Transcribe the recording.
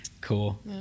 Cool